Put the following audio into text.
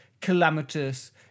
calamitous